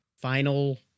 final